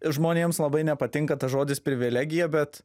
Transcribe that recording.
žmonėms labai nepatinka tas žodis privilegija bet